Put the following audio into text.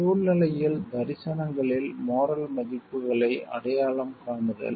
சூழ்நிலையில் தரிசனங்களில் மோரல் மதிப்புகளை அடையாளம் காணுதல்